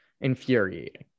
infuriating